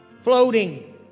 floating